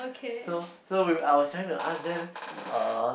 so so we were I was trying to ask them uh